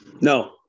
No